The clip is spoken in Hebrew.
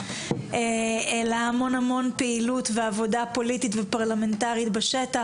אלא המון המון פעילות ועבודה פוליטית ופרלמנטרית בשטח,